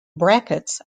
brackets